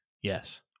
Yes